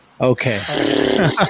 Okay